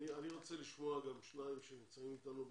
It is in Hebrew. אני רוצה לשמוע שניים שנמצאים אתנו ב-זום.